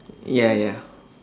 ya ya